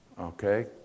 Okay